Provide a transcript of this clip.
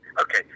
Okay